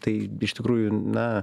tai iš tikrųjų na